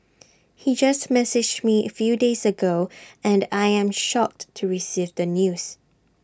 he just messaged me few days ago and I am shocked to receive the news